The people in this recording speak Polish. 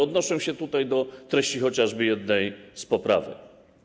Odnoszę się tutaj do treści chociażby jednej z poprawek.